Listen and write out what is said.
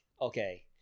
okay